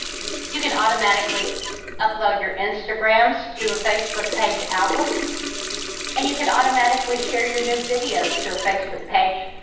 you can automatically upload your instagrams to a facebook page album and you can automatically share your new videos to a facebook page.